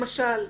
למשל?